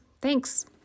Thanks